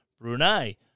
Brunei